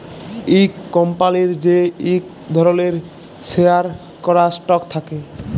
ইক কম্পলির যে ইক ধরলের শেয়ার ক্যরা স্টক থাক্যে